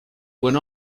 went